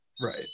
right